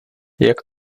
jak